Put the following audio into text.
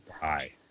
Hi